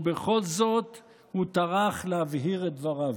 ובכל זאת הוא טרח להבהיר את דבריו.